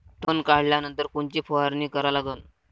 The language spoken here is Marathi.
तन काढल्यानंतर कोनची फवारणी करा लागन?